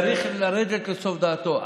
צריך לרדת לסוף דעתו.